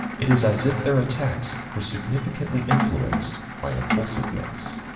it is as if their attacks were significantly influenced by impulsiveness.